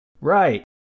Right